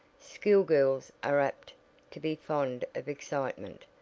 school girls are apt to be fond of excitement,